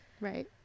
Right